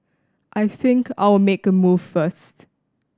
I think I'll make a move first